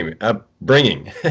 upbringing